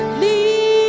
me